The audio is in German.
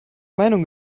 meinung